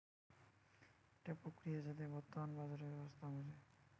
একটা প্রক্রিয়া যাতে বর্তমান বাজারের ব্যবস্থা বুঝে